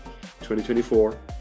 2024